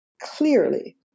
clearly